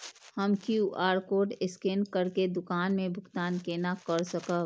हम QR code scan करके दुकान में भुगतान केना कर सकब?